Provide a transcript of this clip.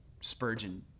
Spurgeon